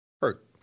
Hurt